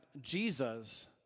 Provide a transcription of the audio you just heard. Jesus